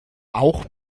auch